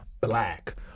Black